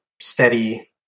steady